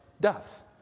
death